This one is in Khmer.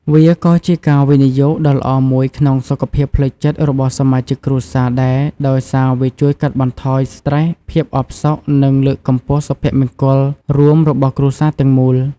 វាក៏ជាការវិនិយោគដ៏ល្អមួយក្នុងសុខភាពផ្លូវចិត្តរបស់សមាជិកគ្រួសារដែរ ដោយសារវាជួយកាត់បន្ថយស្ត្រេស ភាពអផ្សុក និងលើកកម្ពស់សុភមង្គលរួមរបស់គ្រួសារទាំងមូល។